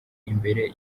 imbere